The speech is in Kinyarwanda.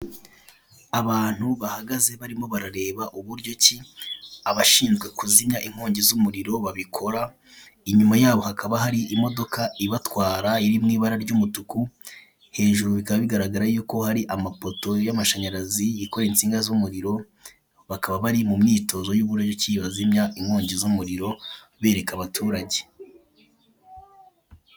Abantu bahagaze barimo barareba uburyo ki abashinzwe kuzimya inkongi z'umuriro babikora, inyuma yabo hakaba hari imodoka ibatwara iri mu ibara ry'umutuku, hejuru bikaba bigaragara yuko hari amapoto y'amashanyarazi yikoreye insinga z'umuriro, bakaba bari mu myitozo y'uburyo ki bazimya inkongi y'umuriro bereka abaturage.